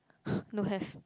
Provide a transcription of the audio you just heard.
don't have